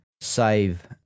save